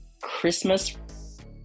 Christmas